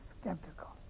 skeptical